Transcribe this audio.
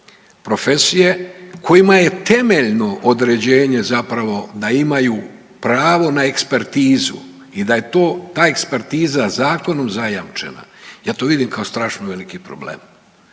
profesije kojima je temeljno određenje zapravo da imaju pravo na ekspertizu i da je ta ekspertiza zakonom zajamčena. Ja to vidim kao strašno veliki problem.